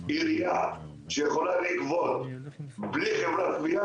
עירייה שיכולה לגבות בלי חברת גבייה,